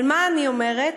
אבל מה אני אומרת?